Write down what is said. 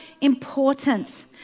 important